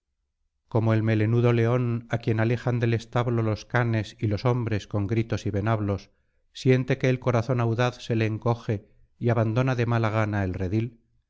como el melenudo león á quien alejan del establo los canes y los hombres con gritos y venablos siente que el corazón audaz se le encoge y abandona de mala gana el redil